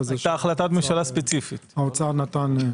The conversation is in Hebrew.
האוצר נתן.